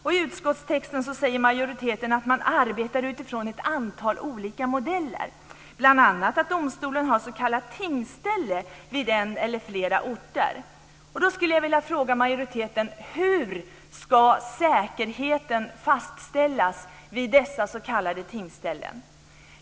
I utskottstexten säger majoriteten att man arbetar utifrån ett antal olika modeller, bl.a. att domstolen har s.k. tingsställe vid en eller flera orter. Jag skulle då vilja fråga majoriteten: Hur ska säkerheten fastställas vid dessa s.k. tingsställen?